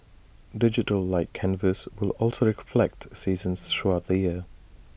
digital light canvas will also reflect seasons throughout the year